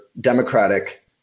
Democratic